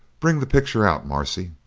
bring the picture out, marcia.